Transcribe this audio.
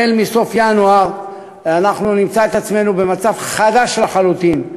בסוף ינואר אנחנו נמצא את עצמנו במצב חדש לחלוטין,